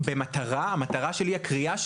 הכסף הזה צריך לחזור לאזרחים,